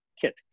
kit